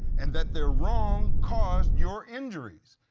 and that their wrong caused your injuries.